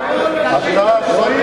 אתה שליח